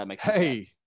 Hey